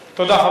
תודה,